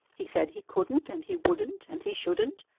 he said he couldn't and he wouldn't and he shouldn't,